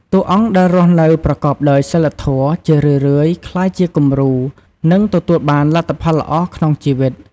តួអង្គដែលរស់នៅប្រកបដោយសីលធម៌ ជារឿយៗក្លាយជាគំរូ និងទទួលបានលទ្ធផលល្អក្នុងជីវិត។